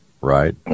Right